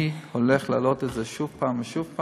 אני הולך להעלות את זה שוב ושוב.